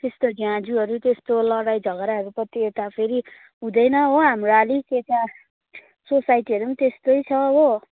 त्यस्तो झ्याझुँहरू तस्तो लडाइँ झगडाहरूपटि यता फेरि हुँदैन हो हाम्रो अलिक यता सोसाइटिहरू पनि त्यस्तै छ हो